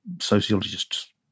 sociologists